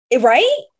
Right